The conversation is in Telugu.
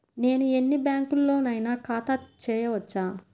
నేను ఎన్ని బ్యాంకులలోనైనా ఖాతా చేయవచ్చా?